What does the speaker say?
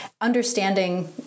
understanding